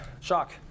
shock